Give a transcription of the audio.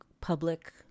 public